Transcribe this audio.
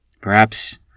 Perhaps